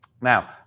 now